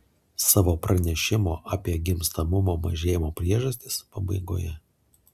savo pranešimo apie gimstamumo mažėjimo priežastis pabaigoje